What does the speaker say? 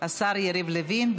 השר יריב לוין.